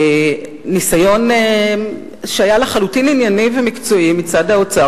ניסיון שהיה לחלוטין ענייני ומקצועי מצד האוצר,